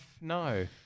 No